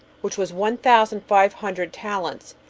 which was one thousand five hundred talents,